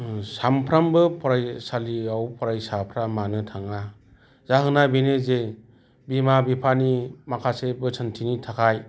सानफ्रोमबो फरायसालियाव फरायसाफोरा मानो थाङा जाहोना बेनो जे बिमा बिफानि माखासे बोसोनथिनि थाखाय